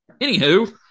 Anywho